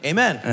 Amen